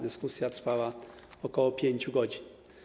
Dyskusja trwała ok. 5 godzin.